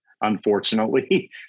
unfortunately